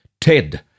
Ted